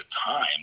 time